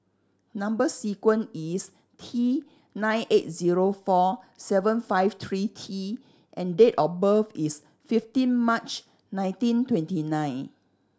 number sequence is T nine eight zero four seven five three T and date of birth is fifteen March nineteen twenty nine